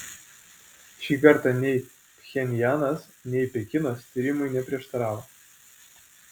šį kartą nei pchenjanas nei pekinas tyrimui neprieštaravo